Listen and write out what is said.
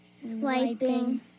Swiping